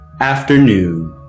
afternoon